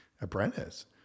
apprentice